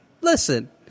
listen